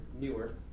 newer